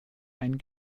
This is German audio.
ein